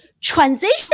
transition